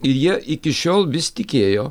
ir jie iki šiol vis tikėjo